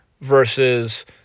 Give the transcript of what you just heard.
versus